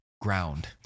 ground